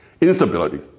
Instability